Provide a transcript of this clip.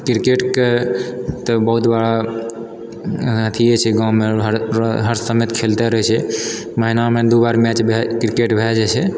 क्रिकेटके तऽ बहुत बड़ा अथीये छै गाँवमे हर समय खेलते रहै छियै महीनामे दू बार मैच भए क्रिकेट भए जाइ छै